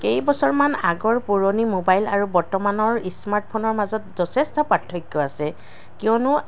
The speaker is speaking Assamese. কেইবছৰমান আগৰ পুৰণি মোবাইল আৰু বৰ্তমানৰ স্মাৰ্টফোনৰ মাজত যথেষ্ট পাৰ্থক্য আছে কিয়নো